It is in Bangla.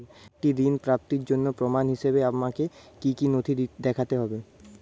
একটি ঋণ প্রাপ্তির জন্য প্রমাণ হিসাবে আমাকে কী কী নথি দেখাতে হবে?